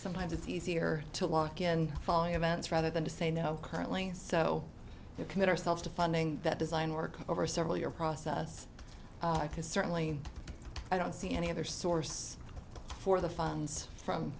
sometimes it's easier to lock in following events rather than to say no currently so you commit ourselves to funding that design work over several year process i can certainly i don't see any other source for the funds from